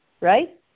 right